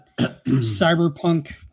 cyberpunk